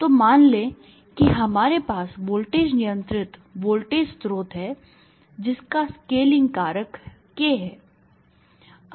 तो मान लें कि हमारे पास वोल्टेज नियंत्रित वोल्टेज स्रोत है जिसका स्केलिंग कारक k है